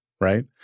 right